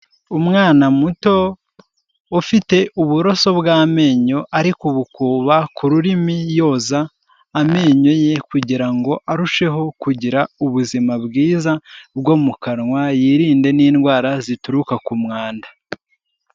Umwana muto ufite uburoso bw'amenyo ariko bukuba ku rurimi yoza amenyo ye kugira arusheho kugira ubuzima bwiza, bwo mu kanwa yirinde n'indwara zituruka ku mwanda.